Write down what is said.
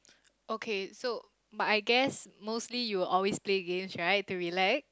okay so but I guess mostly you will always play games right to relax